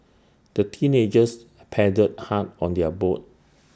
the teenagers paddled hard on their boat